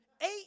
eight